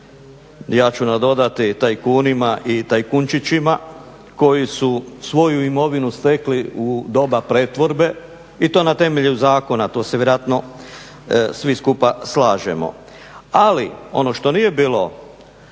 ja ću nadodati tajkunima i tajkunčićima koji su svoju imovinu stekli u doba pretvorbe i to na temelju zakona, to se vjerojatno svi skupa slažemo. Ali ono što nije bilo